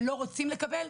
הם לא מוכנים לקבל,